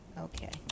okay